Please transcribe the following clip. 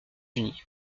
unis